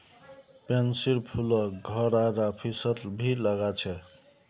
पैन्सीर फूलक घर आर ऑफिसत भी लगा छे